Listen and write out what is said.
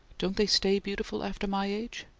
don't they stay beautiful after my age?